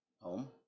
Home